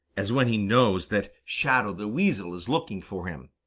as when he knows that shadow the weasel is looking for him.